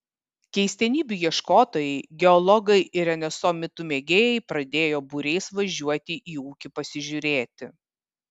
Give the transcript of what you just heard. keistenybių ieškotojai geologai ir nso mitų mėgėjai pradėjo būriais važiuoti į ūkį pasižiūrėti